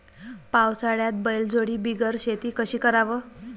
पावसाळ्यात बैलजोडी बिगर शेती कशी कराव?